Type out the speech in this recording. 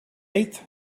eighth